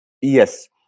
yes